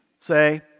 say